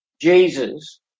Jesus